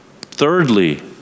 Thirdly